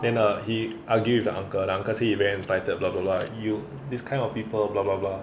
then uh he argue with the uncle the uncle say he very entitled bla bla bla you this kind of people bla bla bla